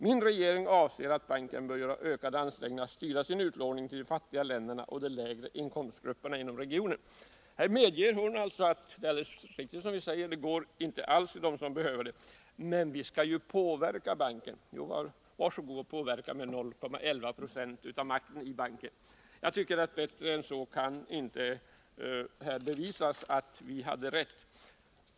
Min regering anser att banken bör göra ökade ansträngningar att styra sin utlåning till de fattigare länderna och till de lägre inkomstgrupperna inom regionen.” Det är alltså alldeles riktigt som vi säger — och det medger Margareta Hegardt — att pengarna inte går till de länder som mest behöver dem. Men vi skall ju påverka banken. Jo, var så god och påverka med 0,11 26 av makten i banken! Jag tycker att bättre än så kan inte här bevisas att vi hade rätt.